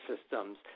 systems